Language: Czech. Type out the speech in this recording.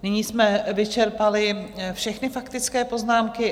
Nyní jsme vyčerpali všechny faktické poznámky.